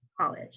college